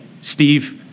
Steve